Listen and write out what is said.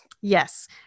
Yes